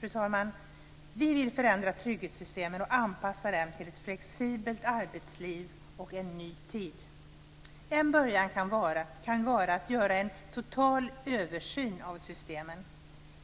Fru talman! Vi vill förändra trygghetssystemen och anpassa dem till ett flexibelt arbetsliv och en ny tid. En början kan vara att göra en total översyn av systemen.